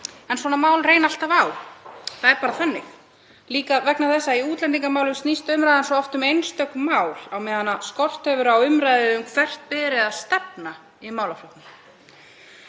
en svona mál reyna alltaf á, það er bara þannig. Líka vegna þess að í útlendingamálunum snýst umræðan svo oft um einstök mál á meðan hefur skort á umræðu um hvert beri að stefna í málaflokknum.“